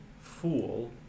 fool